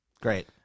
great